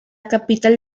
capital